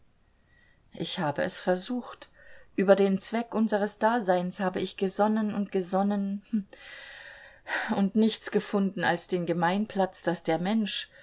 ich habe es versucht über den zweck unseres daseins habe ich gesonnen und gesonnen und nichts gefunden als den gemeinplatz daß der mensch